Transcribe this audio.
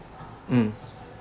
um